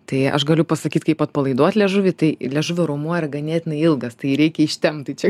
tai aš galiu pasakyt kaip atpalaiduot liežuvį tai liežuvio raumuo yra ganėtinai ilgas tai jį reikia ištempt tai čia